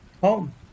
home